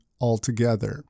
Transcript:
altogether